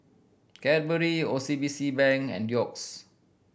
Cadbury O C B C Bank and Doux